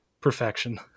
perfection